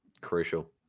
crucial